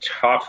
tough